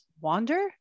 wander